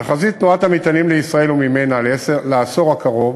תחזית תנועת המטענים לישראל וממנה לעשור הקרוב